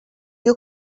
you